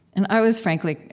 and i was frankly,